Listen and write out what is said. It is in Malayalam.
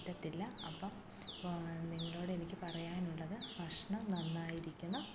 പറ്റത്തില്ല അപ്പോള് നിങ്ങളോടെനിക്ക് പറയാനുള്ളത് ഭക്ഷണം നന്നായിരിക്കണം